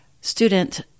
student